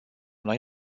noi